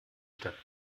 stadt